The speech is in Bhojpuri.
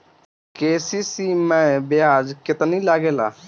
के.सी.सी मै ब्याज केतनि लागेला?